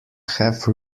have